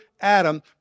Adam